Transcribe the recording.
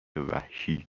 وحشی